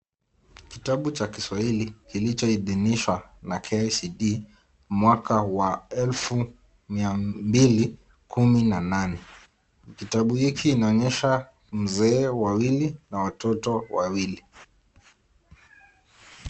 Kitabu cha Kiswahili kilichoidhinishwa na(cs)KICD(cs)mwaka wa elfu mia mbili kumi na nane. Kitabu hiki kinaonyesha mzee wawili na watoto wawili.